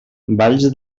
balls